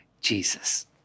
Jesus